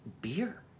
beer